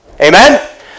Amen